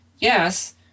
Yes